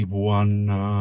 one